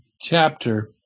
chapter